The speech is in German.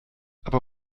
aber